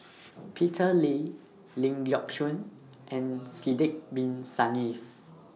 Peter Lee Ling Geok Choon and Sidek Bin Saniff